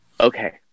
okay